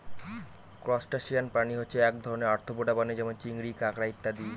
crustacean প্রাণী হচ্ছে এক ধরনের আর্থ্রোপোডা প্রাণী যেমন চিংড়ি, কাঁকড়া ইত্যাদি